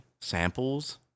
samples